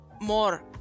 more